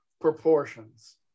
proportions